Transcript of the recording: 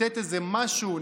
ציטט משהו,